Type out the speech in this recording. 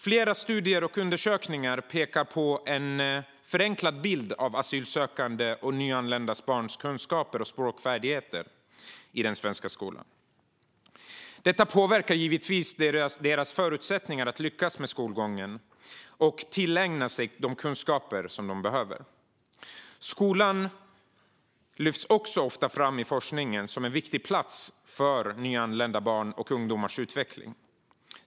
Flera studier och undersökningar pekar på en förenklad bild av asylsökandes och nyanländas baskunskaper och språkfärdigheter i den svenska skolan. Detta påverkar givetvis deras förutsättningar att lyckas med skolgången och tillägna sig de kunskaper som de behöver. Skolan lyfts också ofta fram i forskningen som en viktig plats för nyanlända barns och ungdomars utveckling.